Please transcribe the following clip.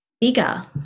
bigger